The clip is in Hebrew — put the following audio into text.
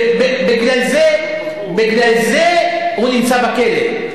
בגלל זה הוא נמצא בכלא.